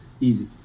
Easy